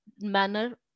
manner